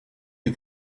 you